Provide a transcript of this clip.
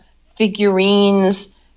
figurines